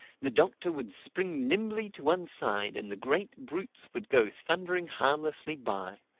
the doctor would spring nimbly to one side and the great brutes would go thundering harmlessly by,